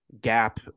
gap